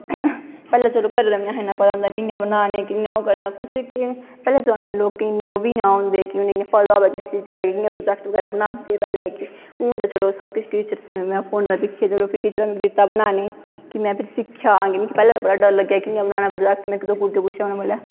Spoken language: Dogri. पैह्लैं चलो घरे दा बी नेंई हा इन्ना पता होंदा के कियां बनाने कियां ओह्करना कुसेगी पैह्लै जमानै लोकेंगी ओह् बी नी होंदे कि पता होऐ इयां प्रौजैक्ट बगैरा बनांदे इयां हून ते चलो सब किश फोना च दिक्खियै टीचरां नै दित्ता बनानें गी कि फिर में सिक्खेआ पैह्लैं मिगी बड़ा डर लग्गेआ कियां बनानां में इक कुड़ियें गी पुच्छेआ